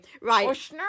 right